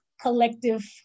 collective